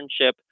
internship